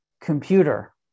computer